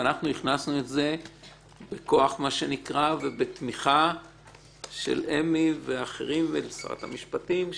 אנחנו הכנסנו את זה בכוח ובתמיכה של אמי ואחרים ושרת המשפטים,